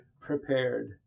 prepared